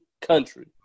country